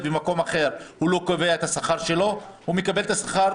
אנחנו נתמוך בחוק הזה ונקדם את החוק הזה.